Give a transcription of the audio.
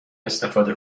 استفاده